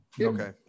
okay